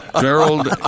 Gerald